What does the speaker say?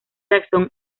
jackson